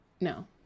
No